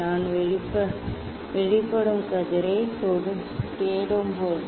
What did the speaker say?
நான் வெளிப்படும் கதிரைத் தேடும் போது